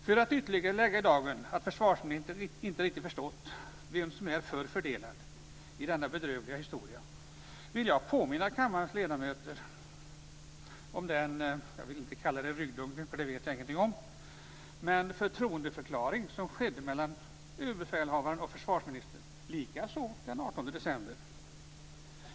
För att ytterligare lägga i dagen att försvarsministern inte riktigt förstått vem som är förfördelad i denna bedrövliga historia vill jag påminna kammarens ledamöter om den - jag vill inte säga en ryggdunkning, för det vet jag ingenting om - förtroendeförklaring som skedde mellan ÖB och försvarsministern, likaså den 18 december.